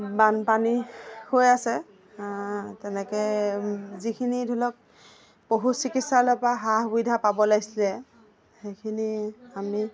বানপানী হৈ আছে তেনেকৈ যিখিনি ধৰি লওক পশু চিকিৎসালয়ৰ পৰা সা সুবিধা পাব লাগিছিল সেইখিনি আমি